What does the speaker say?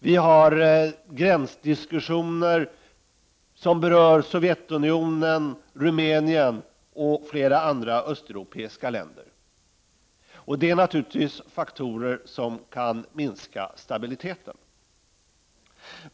Vi har gränsdiskussioner som berör Sovjetunionen, Rumänien och flera andra östeuropeiska länder. Detta är naturligtvis faktorer som kan minska stabiliteten.